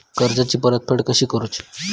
कर्जाची परतफेड कशी करुची?